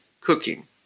cooking